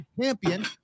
champion